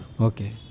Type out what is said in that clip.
Okay